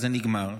זה נגמר.